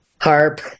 Harp